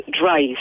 drive